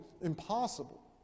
impossible